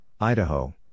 Idaho